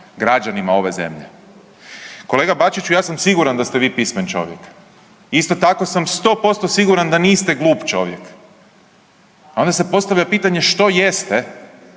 građanima ove zemlje. Kolega Bačiću, ja sam siguran da ste vi pismen čovjek, isto tako sam 100% siguran da glup čovjek, a onda se postavlja pitanje što jeste